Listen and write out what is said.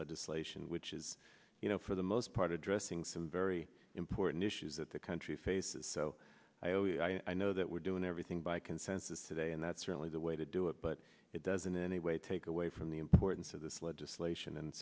legislation which is you know for the most part addressing some very important issues that the country faces so i always i know that we're doing everything by consensus today and that's certainly the way to do it but it doesn't in any way take away from the importance of this legislation and